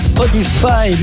Spotify